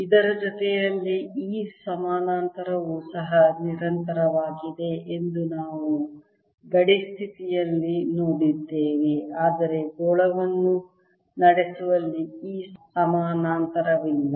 ಇದರ ಜೊತೆಯಲ್ಲಿ E ಸಮಾನಾಂತರವು ಸಹ ನಿರಂತರವಾಗಿದೆ ಎಂದು ನಾವು ಗಡಿ ಸ್ಥಿತಿಯಲ್ಲಿ ನೋಡಿದ್ದೇವೆ ಆದರೆ ಗೋಳವನ್ನು ನಡೆಸುವಲ್ಲಿ E ಸಮಾನಾಂತರವಿಲ್ಲ